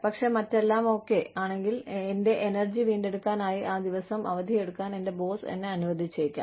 പക്ഷേ മറ്റെല്ലാം ഓക്കേ ആണെങ്കിൽ എന്റെ എനർജി വീണ്ടെടുക്കാൻ ആയി ആ ദിവസം അവധിയെടുക്കാൻ എന്റെ ബോസ് എന്നെ അനുവദിച്ചേക്കാം